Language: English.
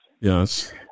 Yes